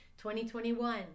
2021